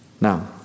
Now